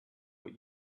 what